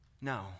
No